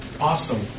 awesome